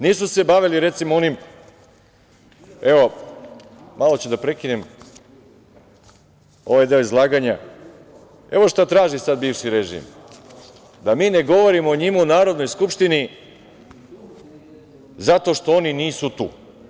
Nisu se bavili recimo onim, evo, malo ću da prekinem ovaj deo izlaganja, evo šta sad traži bivši režim, da mi ne govorimo o njima u Narodnoj skupštini zato što oni nisu tu.